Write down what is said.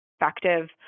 Effective